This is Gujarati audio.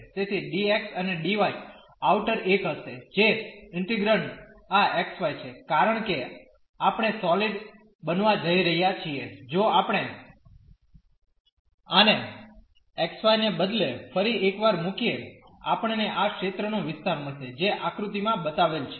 તેથી dx અને dy આઉટર એક હશે જે ઇન્ટિગ્રેન્ડ આ xy છે કારણ કે આપણે સોલીડ બનવા જઈ રહ્યા છીએ જો આપણે આને xy ને બદલે ફરી એકવાર મુકીએ આપણને આ ક્ષેત્રનો વિસ્તાર મળશે જે આકૃતિમાં બતાવેલ છે